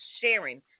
sharing